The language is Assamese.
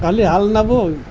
কালি হাল নাবায়